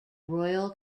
royal